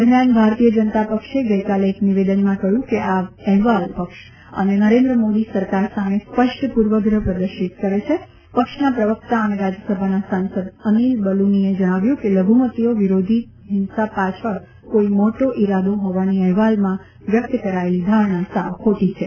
દરમિયાન ભારતીય જનતા પક્ષે ગઇકાલે એક નિવેદનમાં કહ્યું કે આ અહેવાલ પક્ષ અને નરેન્દ્ર મોદી સરકાર સામે સ્પષ્ટ પૂર્વગ્રહ પ્રદર્શિત કરે છે પક્ષના પ્રવકતા અને રાજ્યસભાના સાંસદ અનિલ બલુનીએ જણાવ્યું કે લઘુમતીઓ વિરોધી હિંસા પાછળ કોઇ મોટો ઇરાદો હોવાની અહેવાલમાં વ્યક્ત કરાયેલી ધારણા સાવ ખોટી છે